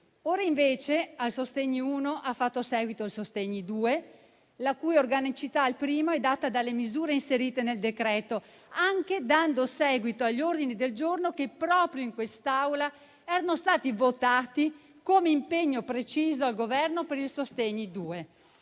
primo decreto sostegni ha fatto seguito il decreto sostegni-*bis*, la cui organicità al primo è data dalle misure inserite nel decreto, anche dando seguito agli ordini del giorno che proprio in quest'Aula erano stati votati come impegno preciso al Governo per il sostegni-*bis*.